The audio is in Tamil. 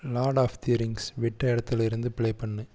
லார்ட் ஆஃப் தி ரிங்க்ஸ் விட்ட இடத்தில் இருந்து பிளே பண்ணு